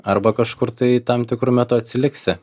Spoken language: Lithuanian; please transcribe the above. arba kažkur tai tam tikru metu atsiliksi